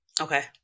Okay